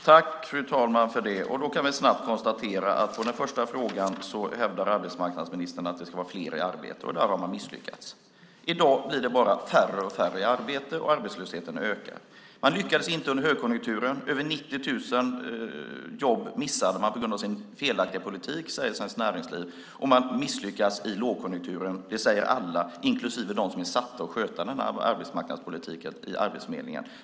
Fru talman! Då kan vi snabbt konstatera att på den första frågan hävdar arbetsmarknadsministern att det ska vara fler i arbete, och där har man misslyckats. I dag blir det bara färre och färre i arbete, och arbetslösheten ökar. Man lyckades inte under högkonjunkturen. Över 90 000 jobb missade man på grund av sin felaktiga politik, säger Svenskt Näringsliv, och man misslyckas i lågkonjunkturen. Det säger alla inklusive de som är satta att sköta arbetsmarknadspolitiken vid Arbetsförmedlingen.